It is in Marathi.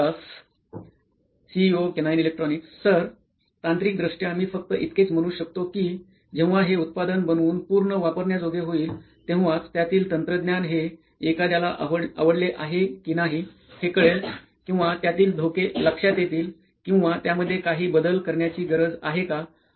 सुप्रतीव दास सीटीओ केनोईंन इलेक्ट्रॉनीक्स सर तांत्रिकदृष्ट्या मी फक्त इतकेच म्हणू शकतो की जेव्हा हे उत्पादन बनवून पूर्ण वापरण्याजोगे होईल तेव्हाच त्यातील तंत्रज्ञान हे एखाद्याला आवडले आहे कि नाही हे कळेल किंवा त्यातील धोके लक्षात येतील किंवा त्यामध्ये काही बदल करण्याची गरज आहे का